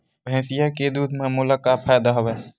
भैंसिया के दूध म मोला का फ़ायदा हवय?